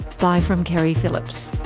bye from keri phillips